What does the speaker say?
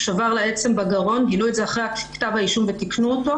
הוא שבר לה עצם בגרון גילו את זה אחרי כתב האישום ותיקנו אותו,